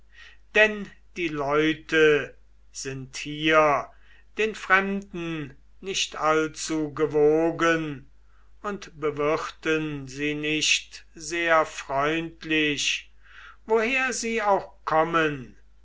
denn die leute sind hier den fremden nicht allzu gewogen und bewirten sie nicht sehr freundlich woher sie auch kommen